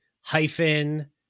hyphen